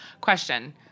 Question